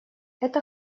это